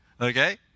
Okay